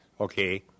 Okay